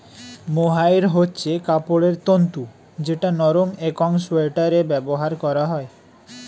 mohair হচ্ছে কাপড়ের তন্তু যেটা নরম একং সোয়াটারে ব্যবহার করা হয়